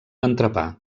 entrepà